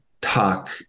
talk